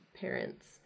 parents